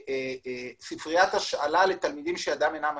וספריית השאלה לתלמידים שידם אינה משגת.